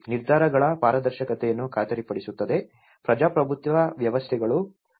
ನಿರ್ಧಾರಗಳ ಪಾರದರ್ಶಕತೆಯನ್ನು ಖಾತರಿಪಡಿಸುತ್ತದೆ ಪ್ರಜಾಪ್ರಭುತ್ವ ವ್ಯವಸ್ಥೆಗಳು ಮತ್ತು ಸಾಮಾಜಿಕ ಸಂಘಟನೆಯನ್ನು ಬಲಪಡಿಸುತ್ತದೆ